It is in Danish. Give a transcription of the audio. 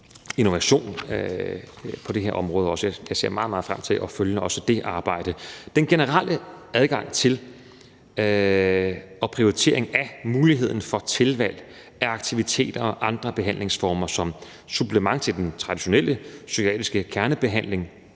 innovation på det her område, og jeg ser meget, meget frem til at følge også det arbejde. Den generelle adgang til og prioritering af muligheden for tilvalg af aktiviteter og andre behandlingsformer som supplement til den traditionelle psykiatriske kernebehandling